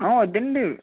వద్దండీ